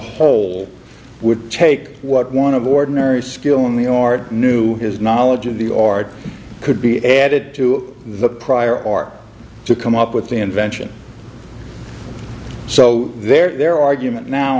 whole would take what one of ordinary skill in the yard knew his knowledge of the art could be added to the prior or to come up with the invention so their argument now